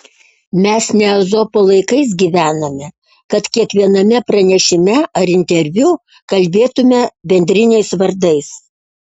mes ne ezopo laikais gyvename kad kiekviename pranešime ar interviu kalbėtume bendriniais vardais